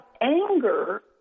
anger